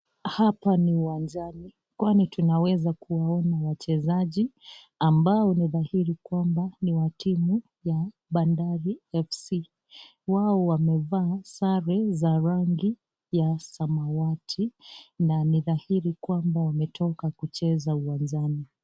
Hapa ni uwanjani kwani tunaweza kuwaona wachezajazi ambao ni dhahiri kwamba ni wa timu ya Bandari Fc wao wamevaa sare za rangi ya samawati na ni dhahiri kwamba wametoka kucheza uwanjani.